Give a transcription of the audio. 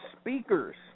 speakers